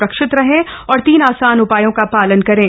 स्रक्षित रहें और तीन आसान उपायों का पालन करें